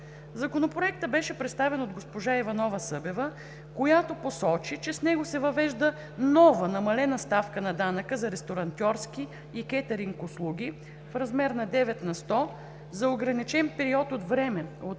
Законопроектът беше представен от госпожа Иванова-Събева, която посочи, че с него се въвежда нова намалена ставка на данъка за ресторантьорските и кетъринг услуги в размер на 9 на сто, за ограничен период от време до 31